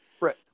Right